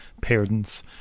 parents